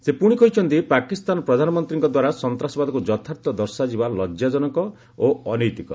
ସେ ପୁଣି କହିଛନ୍ତି ପାକିସ୍ତାନ ପ୍ରଧାନମନ୍ତ୍ରୀଙ୍କ ଦ୍ୱାରା ସନ୍ତାସବାଦକୁ ଯଥାର୍ଥ ଦର୍ଶାଯିବା ଲକ୍ୟା ଜନକ ଓ ଅନୈତିକ